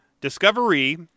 Discovery